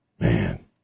Man